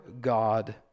God